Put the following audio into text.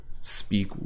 speak